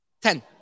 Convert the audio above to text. Ten